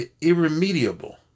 irremediable